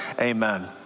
amen